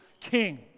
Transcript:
king